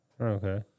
Okay